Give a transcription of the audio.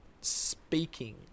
speaking